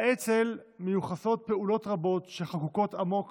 לאצ"ל מיוחסות פעולות רבות שחקוקות עמוק